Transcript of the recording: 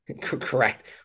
Correct